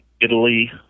Italy